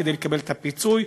כדי לקבל את הפיצוי,